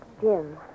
Jim